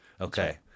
Okay